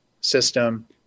system